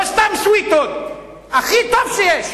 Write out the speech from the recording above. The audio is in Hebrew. לא סתם סוויטות, הכי טוב שיש.